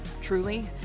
truly